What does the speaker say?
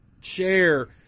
share